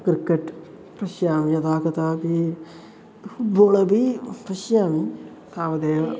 cricket पश्यामि यदा कदापि फुट् बोळ अपि पश्यामि तावदेव